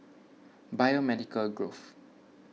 Biomedical Grove